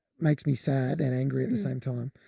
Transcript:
makes me sad and angry at the same time.